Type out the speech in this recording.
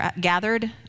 gathered